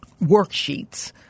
worksheets